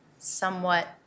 Somewhat